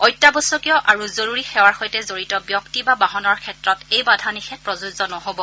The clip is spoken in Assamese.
অত্যাৱশ্যকীয় আৰু জৰুৰী সেৱাৰ সৈতে জড়িত ব্যক্তি বা বাহনৰ ক্ষেত্ৰত এই বাধা নিষেধ প্ৰযোজ্য নহব